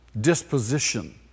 disposition